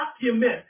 document